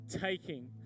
taking